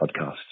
podcast